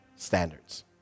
standards